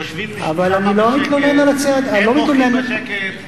יושבים בשקט, הם מוחים בשקט.